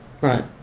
Right